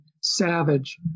savage